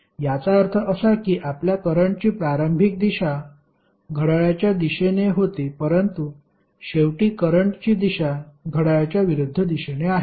याचा अर्थ असा की आपल्या करंटची प्रारंभिक दिशा घड्याळाच्या दिशेने होती परंतु शेवटी करंटची दिशा घड्याळाच्या विरूद्ध दिशेने आहे